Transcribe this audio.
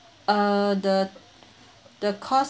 uh the the cost